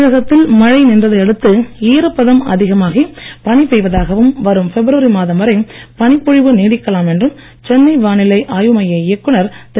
தமிழகத்தில் மழை நின்றதை அடுத்து ஈரப்பதம் அதிகமாகி பனி பெய்வதாகவும் வரும் பிப்ரவரி மாதம் வரை பனிப்பொழிவு நீடிக்கலாம் என்றும் சென்னை வானிலை ஆய்வுமைய இயக்குனர் திரு